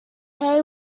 pray